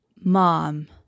Mom